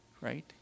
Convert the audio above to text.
right